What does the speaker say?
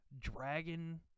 dragon